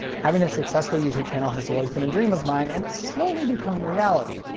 having a successful youtube channel has always been a dream of mine, and it's slowly becoming reality.